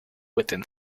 within